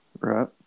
Right